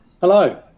Hello